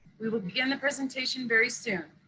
we will begin the presentation very soon.